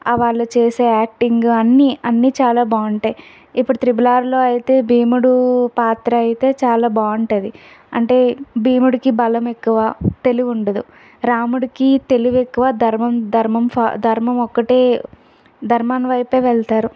వాళ్ళు చేసే యాక్టింగ్ అన్నీ అన్నీ చాలా బాగుంటాయి ఇప్పుడు త్రిబుల్ ఆర్లో అయితే భీముడు పాత్ర అయితే చాలా బాగుంటుంది అంటే భీముడికి బలం ఎక్కువ తెలివి ఉండదు రాముడికి తెలివి ఎక్కువ ధర్మం ధర్మం పా ధర్మం ఒక్కటే ధర్మం వైపు వెళతారు